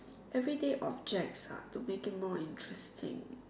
everyday objects ah to make it more interesting